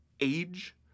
age